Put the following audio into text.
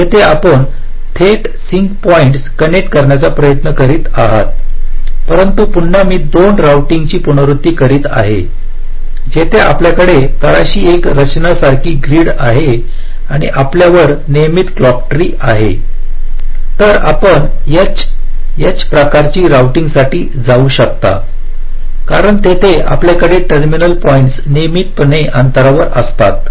जिथे आपण थेट सिंक पॉईंट्स कनेक्ट करण्याचा प्रयत्न करीत आहात परंतु पुन्हा मी दोन रोऊटिंगची पुनरावृत्ती करीत आहे जिथे आपल्याकडे तळाशी एक रचना सारखी ग्रीड आहे आणि आपल्या वर नियमित क्लॉक ट्री आहे तर आपण H H प्रकारची रोऊटिंग साठी जाऊ शकता कारण तेथे आपल्याकडे टर्मिनल पॉईंट्स नियमितपणे अंतरावर असतात